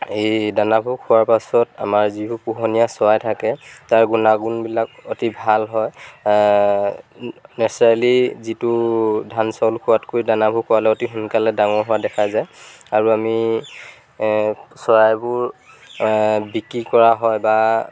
এই দানাবোৰ খোৱাৰ পিছত আমাৰ যিবোৰ পোহনীয়া চৰাই থাকে তাৰ গুণাগুণবিলাক অতি ভাল হয় নেচাৰেলী যিটো ধান চাউল খোৱাতকৈ দানাবোৰ খুৱালে অতি সোনকালে ডাঙৰ হোৱা দেখা যায় আৰু আমি চৰাইবোৰ বিক্ৰী কৰা হয় বা